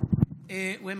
איפה